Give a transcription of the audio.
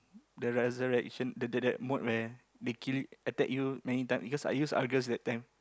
the resurrection the the that mood where they kill attack you many time because I use Argus that time